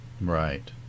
Right